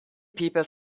people